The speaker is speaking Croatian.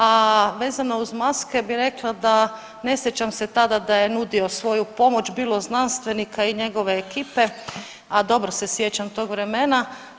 A vezano uz maske bi rekla da ne sjećam se tada da je nudio svoju pomoć, bilo znanstvenika i njegove ekipe, a dobro se sjećam tog vremena.